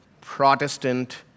Protestant